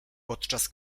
podczas